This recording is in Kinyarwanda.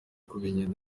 kubegera